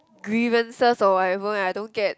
grievances or whatever I don't get